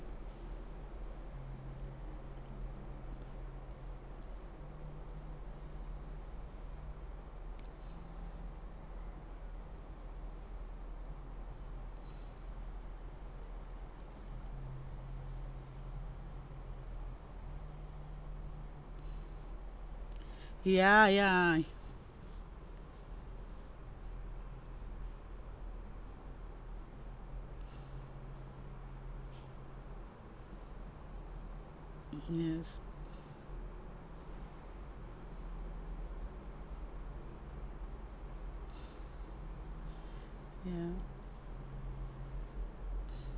ya ya yes ya